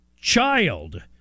child